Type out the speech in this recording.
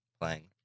playing